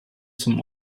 zum